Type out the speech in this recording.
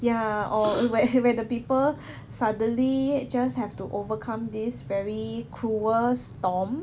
ya or where where the people suddenly just have to overcome these very cruel storm